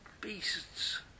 beasts